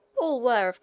all were,